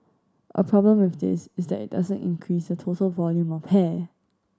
a problem with this is that it doesn't increase the total volume of hair